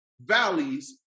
valleys